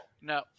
No